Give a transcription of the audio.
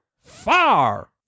far